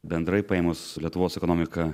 bendrai paėmus lietuvos ekonomika